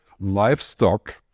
livestock